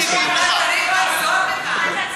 תחזור בך.